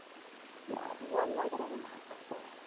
and add one more that i didn't have before.